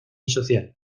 social